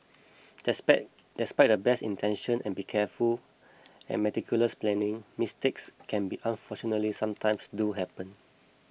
despite despite the best intentions and careful and meticulous planning mistakes can and unfortunately sometimes do happen